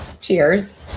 cheers